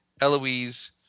Eloise